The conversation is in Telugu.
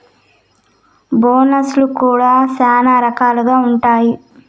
బోనస్ కూడా శ్యానా రకాలుగా ఉంటాయి